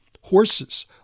horses